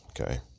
okay